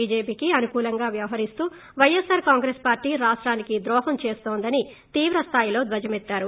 బీజేపీకి అనుకూలంగా వ్యవహరిస్తూ వైఎస్సార్ కాంగ్రెస్ పార్టీ రాష్టానికి ద్రోహం చేస్తోందని తీవ్రస్తాయిలో ధ్వజమెత్తారు